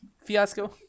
fiasco